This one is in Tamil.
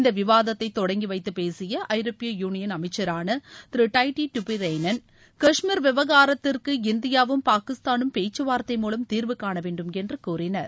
இந்த விவாதத்தை தொடங்கி வைத்து பேசிய ஐரோப்பிய யூளியன் அமைச்சரான திரு டைட்டி டியூபுரேனியன் காஷ்மீர் விவகாரத்திற்கு இந்தியாவும் பாகிஸ்தானும் பேச்கவார்த்தை மூலம் தீர்வு காண வேண்டும் என்று கூறினார்